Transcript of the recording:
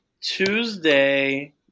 Tuesday